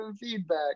feedback